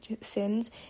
sins